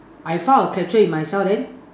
I found a catcher in myself then